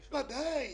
בוודאי.